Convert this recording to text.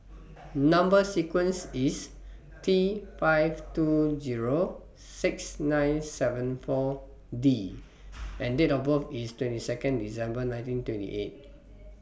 Number sequence IS T five two Zero six nine seven four D and Date of birth IS twenty Second December nineteen twenty eight